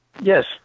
Yes